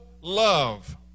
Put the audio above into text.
love